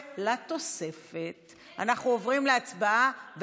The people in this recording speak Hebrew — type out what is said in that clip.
אורנה ברביבאי,